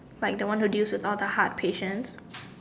like the one who deals with all the heart patients